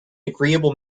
agreeable